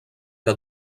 que